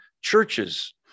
churches